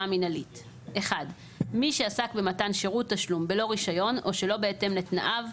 המנהלית מי שעסק במתן שירות תשלום בלא רישיון או שלא בהתאם לתנאיו,